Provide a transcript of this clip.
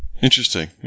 Interesting